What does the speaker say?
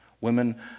Women